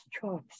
choice